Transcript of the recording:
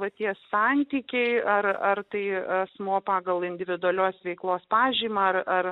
va tie santykiai ar tai asmuo pagal individualios veiklos pažymą ar